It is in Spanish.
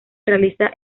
realiza